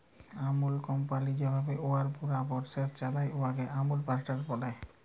আমূল company যেভাবে উয়ার পুরা পরসেস চালায়, উয়াকে আমূল প্যাটার্ল ব্যলে